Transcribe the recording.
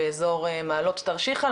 באזור מעלות תרשיחא,